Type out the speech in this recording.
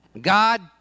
God